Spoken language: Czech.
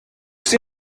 jsi